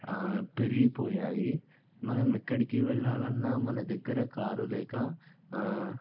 పెరిగిపోయాయి మనం ఎక్కడికి వెళ్ళాలన్నా మన దగ్గర కారు లేక